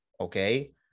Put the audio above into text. Okay